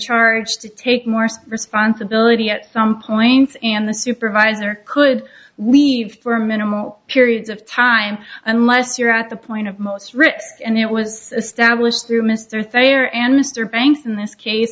charge to take morse for sponsibility at some points and the supervisor could leave for minimal periods of time unless you're at the point of most risk and it was established through mr thayer and mr banks in this case